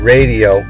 Radio